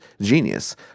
genius